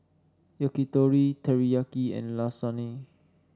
Yakitori Teriyaki and Lasagne